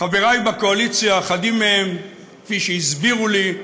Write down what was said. חברי בקואליציה, אחדים מהם, כפי שהם הסבירו לי,